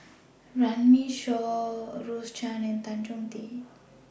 Runme Shaw Rose Chan and Tan Chong Tee